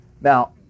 Now